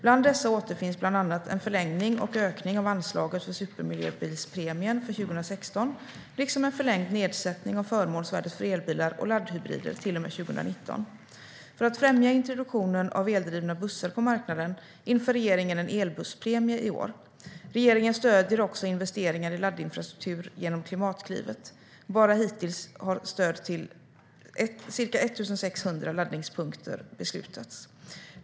Bland dessa återfinns bland annat en förlängning och ökning av anslaget för supermiljöbilspremien för 2016 liksom en förlängd nedsättning av förmånsvärdet för elbilar och laddhybrider till och med 2019. För att främja introduktionen av eldrivna bussar på marknaden inför regeringen en elbusspremie i år. Regeringen stöder också investeringar i laddinfrastruktur genom Klimatklivet. Bara hittills har stöd till ca 1 600 laddningspunkter beslutats.